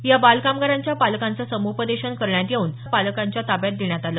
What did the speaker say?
या बाल कामगारांच्या पालकांच सम्पदेशन करण्यात येऊन बालकांना पालकांच्या ताब्यात देण्यात आलं